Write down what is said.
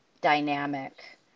dynamic